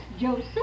joseph